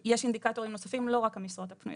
אינדיקטורים נוספים ולא רק המשרות הפנויות.